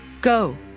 Go